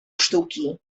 sztuki